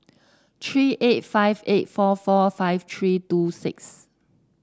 three eight five eight four four five three two six